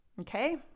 Okay